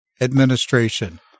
Administration